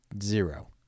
zero